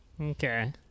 Okay